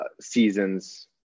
seasons